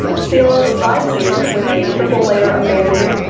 seal up the side seams with a triple layer of bandages,